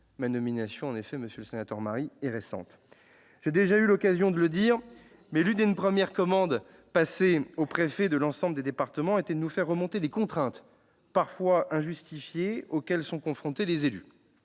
Ma nomination est en effet récente, monsieur le sénateur ... J'ai déjà eu l'occasion de le dire, l'une des premières commandes passées aux préfets de l'ensemble des départements a été de nous faire remonter les contraintes, parfois injustifiées, auxquelles sont confrontés les élus.